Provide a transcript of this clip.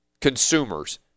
consumers